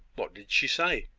what did she say?